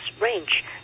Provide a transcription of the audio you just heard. range